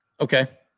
Okay